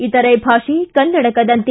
ಇತರ ಭಾಷೆ ಕನ್ನಡಕದಂತೆ